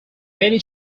many